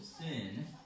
sin